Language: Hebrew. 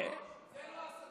פעם ראשונה